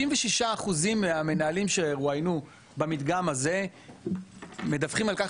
66% מהמנהלים שרואיינו במדגם הזה מדווחים על כך